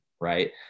right